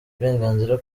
uburenganzira